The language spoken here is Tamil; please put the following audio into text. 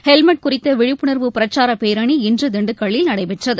ஹெல்மெட் குறித்த விழிப்புணர்வு பிரச்சார பேரணி இன்று திண்டுக்கல்லில் நடைபெற்றது